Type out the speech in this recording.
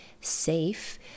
safe